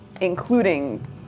including